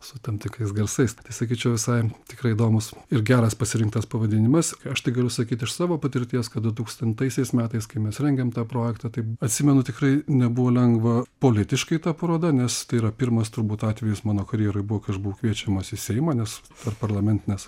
su tam tikrais garsais tai sakyčiau visai tikrai įdomus ir geras pasirinktas pavadinimas ką aš tai galiu sakyt iš savo patirties kada dutūkstantaisiais metais kai mes rengėm tą projektą tai atsimenu tikrai nebuvo lengva politiškai ta paroda nes tai yra pirmas turbūt atvejis mano karjeroj buvo kai aš buvau kviečiamas į seimą nes tarpparlamentinės